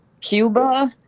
Cuba